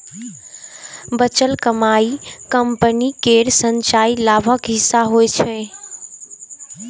बचल कमाइ कंपनी केर संचयी लाभक हिस्सा होइ छै